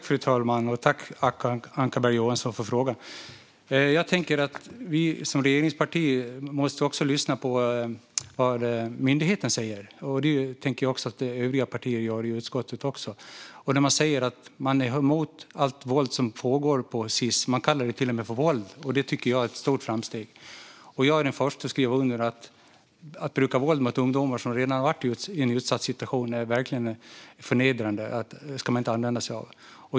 Fru talman! Tack, Acko Ankarberg Johansson, för frågan! Vi som regeringsparti måste också lyssna på vad myndigheten säger. Det tänker jag att övriga partier i utskottet också bör göra. Man säger att man är emot allt våld som pågår på Sis-hem - man kallar det till och med för våld, och det tycker jag är ett stort framsteg. Jag är den förste att skriva under på att det verkligen är förnedrande att bruka våld mot ungdomar som redan har varit i en utsatt situation. Det ska man inte använda sig av.